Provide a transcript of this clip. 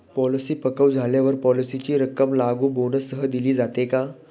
Policy पक्व झाल्यावर पॉलिसीची रक्कम लागू बोनससह दिली जाते का?